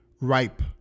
ripe